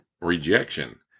rejection